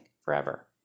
forever